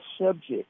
subject